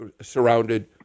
surrounded